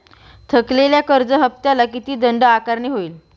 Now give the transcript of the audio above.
थकलेल्या कर्ज हफ्त्याला किती दंड आकारणी होईल?